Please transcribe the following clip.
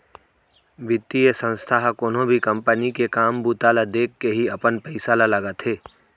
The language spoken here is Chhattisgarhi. बितीय संस्था ह कोनो भी कंपनी के काम बूता ल देखके ही अपन पइसा ल लगाथे